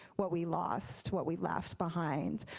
what we lost, what we left behind.